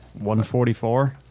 144